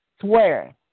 swear